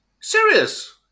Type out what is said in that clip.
Serious